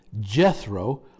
Jethro